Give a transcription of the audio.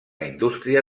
indústria